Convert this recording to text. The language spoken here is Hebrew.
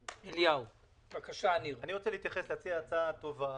אני רוצה להציע הצעה טובה